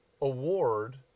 award